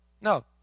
No